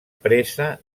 presa